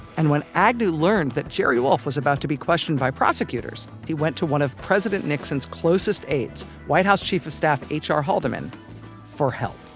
and when agnew learned that jerry wolff was about to be questioned by prosecutors, he went to one of president nixon's closest aides white house chief of staff ah hr haldeman for help